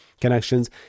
connections